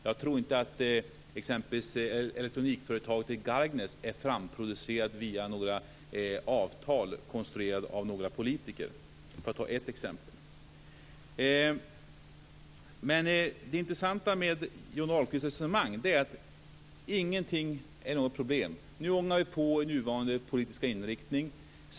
Jag tror, för att ge ett exempel, inte att elektronikföretaget i Gargnäs är framproducerat via avtal konstruerade av några politiker. Det intressanta med Johnny Ahlqvists resonemang är att ingenting framstår som problem. Det gäller att ånga på med nuvarande politiska inriktning.